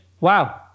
wow